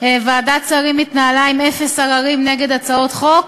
ועדת שרים התנהלה עם אפס עררים נגד הצעות חוק.